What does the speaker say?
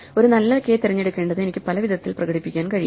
ഒരു നല്ല k തിരഞ്ഞെടുക്കേണ്ടത് എനിക്ക് പലവിധത്തിൽ പ്രകടിപ്പിക്കാൻ കഴിയും